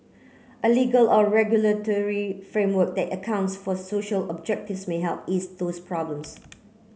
a legal or regulatory framework that accounts for social objectives may help ease those problems